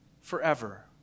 Forever